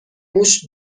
موش